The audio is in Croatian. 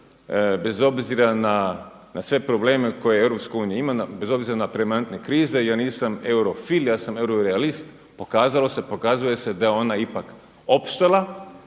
bez obzira na sve probleme koje EU ima, bez obzira na … krize, ja nisam eurofil, ja sam euro realist, pokazalo se, pokazuje se da je ona ipak opstala,